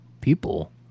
people